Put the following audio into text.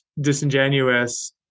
disingenuous